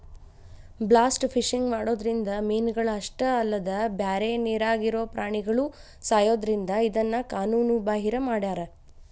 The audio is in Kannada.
ಬ್ಲಾಸ್ಟ್ ಫಿಶಿಂಗ್ ಮಾಡೋದ್ರಿಂದ ಮೇನಗಳ ಅಷ್ಟ ಅಲ್ಲದ ಬ್ಯಾರೆ ನೇರಾಗಿರೋ ಪ್ರಾಣಿಗಳು ಸಾಯೋದ್ರಿಂದ ಇದನ್ನ ಕಾನೂನು ಬಾಹಿರ ಮಾಡ್ಯಾರ